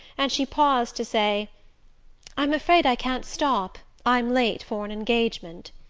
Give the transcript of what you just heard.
and she paused to say i'm afraid i can't stop i'm late for an engagement.